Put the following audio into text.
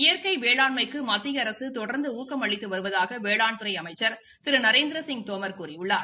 இயற்கை வேளாண்மைக்கு மத்திய அரசு தொடர்ந்து ஊக்கம் அளித்து வருவதாக வேளாண்துறை அமைச்சர் திரு நரேந்திரசிங் தோமர் கூறியுள்ளார்